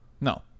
No